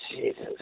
Jesus